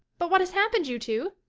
but what has happened you two?